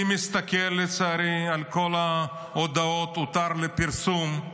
אני מסתכל, לצערי, על כל ההודעות, "הותר לפרסום".